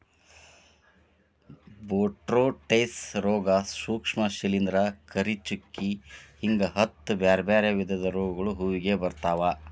botrytis ರೋಗ, ಸೂಕ್ಷ್ಮ ಶಿಲಿಂದ್ರ, ಕರಿಚುಕ್ಕಿ ಹಿಂಗ ಹತ್ತ್ ಬ್ಯಾರ್ಬ್ಯಾರೇ ವಿಧದ ರೋಗಗಳು ಹೂವಿಗೆ ಬರ್ತಾವ